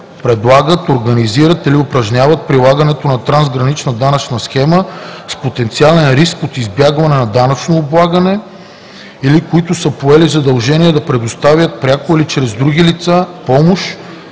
предлагат, организират или управляват прилагането на трансгранична данъчна схема с потенциален риск от избягване на данъчно облагане или които са поели задължение да предоставят пряко или чрез други лица помощ,